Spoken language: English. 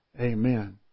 Amen